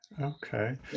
Okay